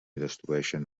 destrueixen